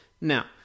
now